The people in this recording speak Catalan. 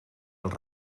els